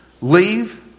Leave